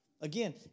Again